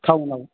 थाउनाव